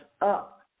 up